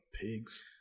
pigs